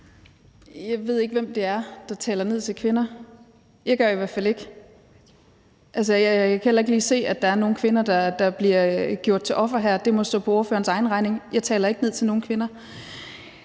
Jeg ved ikke, hvem det er, der taler ned til kvinder. Jeg gør i hvert fald ikke. Altså, jeg kan heller ikke lige se, at der er nogen kvinder, der bliver gjort til offer her; det må stå for ordførerens egen regning. Jeg taler ikke ned til nogen kvinder.